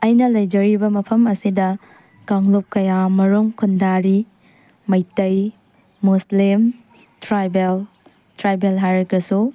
ꯑꯩꯅ ꯂꯩꯖꯔꯤꯕ ꯃꯐꯝ ꯑꯁꯤꯗ ꯀꯥꯡꯂꯨꯞ ꯀꯌꯥꯃꯔꯨꯝ ꯈꯨꯟꯗꯥꯔꯤ ꯃꯩꯇꯩ ꯃꯨꯁꯂꯤꯝ ꯇꯔꯥꯏꯕꯦꯜ ꯇ꯭ꯔꯥꯏꯕꯦꯜ ꯍꯥꯏꯔꯒꯁꯨ